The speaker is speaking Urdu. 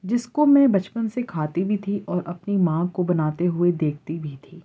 جس کو میں بچپن سے کھاتی بھی تھی اور اپنی ماں کو بناتے ہوئے دیکھتی بھی تھی